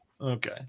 Okay